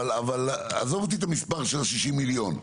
אבל עזוב אותי עם המספר של 60 מיליון,